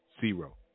zero